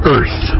Earth